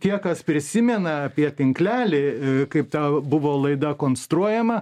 tie kas prisimena apie tinklelį kaip ta buvo laida konstruojama